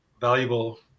valuable